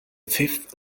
fifth